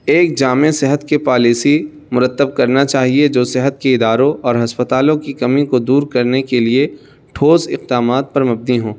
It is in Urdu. ایک جامع صحت کی پالیسی مرتب کرنا چاہیے جو صحت کے اداروں اور ہسپتالوں کی کمی کو دور کرنے کے لیے ٹھوس اقدامات پر مبنی ہوں